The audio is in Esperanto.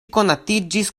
konatiĝis